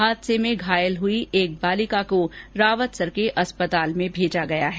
हादसे में घायल हुई एक बालिका का रावतसर के अस्पताल में ईलाज चल रहा है